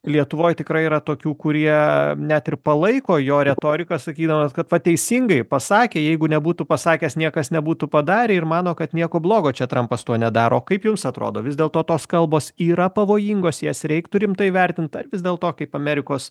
lietuvoj tikrai yra tokių kurie net ir palaiko jo retoriką sakydamas kad va teisingai pasakė jeigu nebūtų pasakęs niekas nebūtų padarę ir mano kad nieko blogo čia trampas tuo nedaro kaip jums atrodo vis dėl to tos kalbos yra pavojingos jas reiktų rimtai vertinti ar vis dėlto kaip amerikos